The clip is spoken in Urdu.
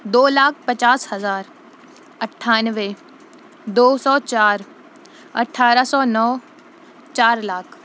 دو لاکھ پچاس ہزار اٹھانوے دو سو چار اٹھارہ سو نو چار لاکھ